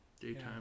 Daytime